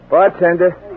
Bartender